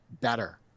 better